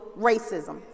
racism